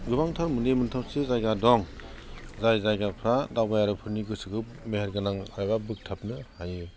गोबांथार मोननै मोनथामसो जायगा दं जाय जायगाफ्रा दावबायआरिफोरनि गोसोखौ मेहेरगोनां एबा बोगथाबनो हायो